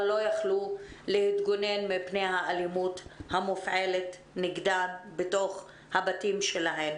אבל לא יכלו להתגונן מפני האלימות המופעלת נגדן בתוך הבתים שלהן.